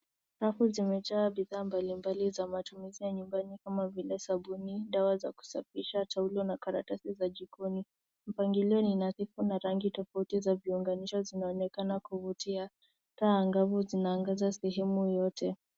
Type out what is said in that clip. Rafu zimejaa bidhaa mbalimbali za matumizi ya nyumbani kama vile sabuni, dawa za kusafisha, taulo na karatasi za jikoni. Mpangilio ni nadhifu na rangi tofauti za viunganisho zinaonekana kuvutia. Taa angavu zinaangaza sehemu yote.